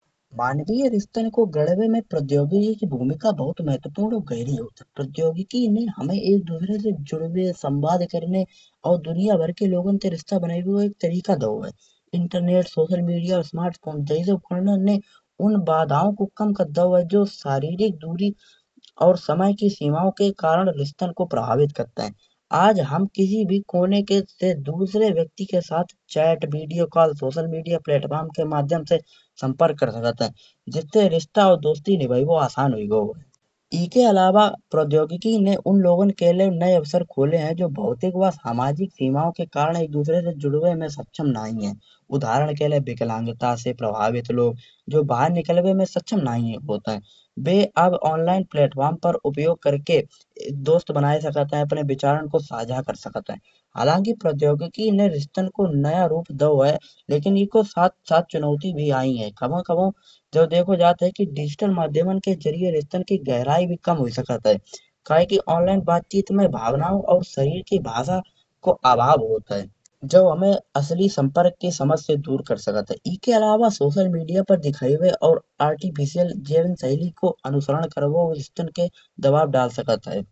मानवीय रिश्ते में घिरबे की प्रौद्योगिकी की भूमिका बहुत महत्वपूर्ण और गहरी होत। प्रतियोगिकी में हमे एक दूसरे से जुड़े संवाद करने और दुनिया भर के लोगन से रिश्ता बनाएबे को एक तरीका दओ है। इंटरनेट सोशल मीडिया और स्मार्ट फोन यही सब उपकरदो ने उन बाधाओ को कम कर दओ है। जो शारीरिक दूरी और समय की सीमायो के कारण रिश्तन को प्रभावित करात है। आज हम किसी भी कोने से दुसरे व्यक्ति से chat video call social media के माध्यम से सम्पर्क कर सकत है। जिससे रिश्ता और दोस्ती निभाएबो आसान हुई गओ है। इके इलावा प्रयोगिकी में उन लोगन के लाए नए अवसर खोले है जो भौतिक और सामाजिक सीमाओ के कारण एक दूसरे से जुड़े में सक्षम नहीं है। उदाहरण के लाने विकलांगता से प्रभावित लोग जो बाहर निकलबे में सक्षम नहीं होत आए। वे आब ऑनलाइन प्लेटफार्म पर उपयोग करके दोस्त बनाए सकत है अपने विचारन को साझा कर सकत है। हालांकि प्रौद्योगिकी ने रिश्तन के नया रूप दओ है। लेकिन इके साथ साथ चुनौती भी आई है कबहु कबहु जो देखो जात है कि डिजिटल माध्यमन के जरिये रिश्तन की गहराई भी कम हुई सकत है। क्यूंकी ऑनलाइन बात चीत में भावनाओ और शरीर की भाषा को अभाग होत है। जा हमे असली सम्पर्क के समाज से दूर कर सकत है। इके इलावा सोशल मीडिया पर दिखाएबे और आर्टिफिशियल जिविंग सहेली को अनुशारद करबो स्थान के दबाव डाल सकत है।